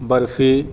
barfi